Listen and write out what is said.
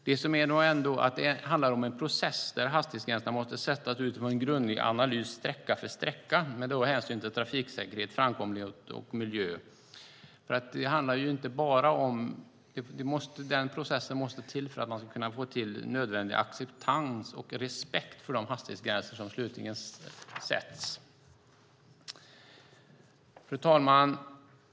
Det handlar om en process där hastighetsgränserna måste sättas utifrån en grundlig analys sträcka för sträcka med hänsyn till trafiksäkerhet, framkomlighet och miljö. Den processen måste till för att man ska kunna få nödvändig acceptans och respekt för de hastighetsgränser som slutligen sätts. Fru talman!